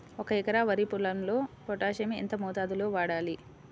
ఒక ఎకరా వరి పొలంలో పోటాషియం ఎంత మోతాదులో వాడాలి?